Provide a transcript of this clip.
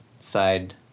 side